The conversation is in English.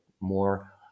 more